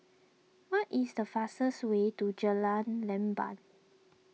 what is the fastest way to Jalan Leban